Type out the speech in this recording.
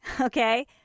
okay